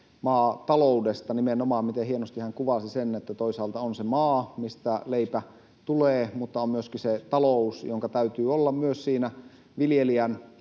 maataloudesta — nimenomaan siinä, miten hienosti hän kuvasi sen, että toisaalta on se maa, mistä leipä tulee, mutta on myöskin talous, jonka täytyy olla myös siinä viljelijän